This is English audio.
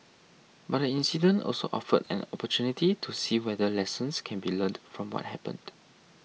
but the incident also offered an opportunity to see whether lessons can be learned from what happened